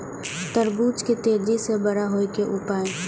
तरबूज के तेजी से बड़ा होय के उपाय?